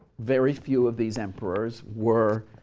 very few of these emperors were